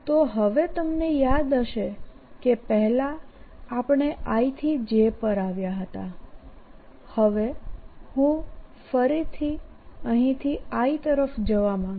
તો હવે તમને યાદહશે કે પહેલાં આપણે i થી j પર આવ્યા હતાહવેહું ફરી અહીથી i તરફ જવા માગીશ